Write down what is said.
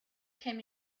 came